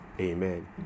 Amen